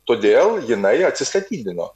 todėl jinai atsistatydino